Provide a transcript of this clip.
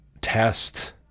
test